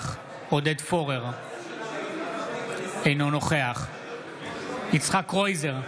נוכח עודד פורר, אינו נוכח יצחק קרויזר,